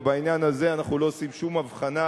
ובעניין הזה אנחנו לא עושים שום הבחנה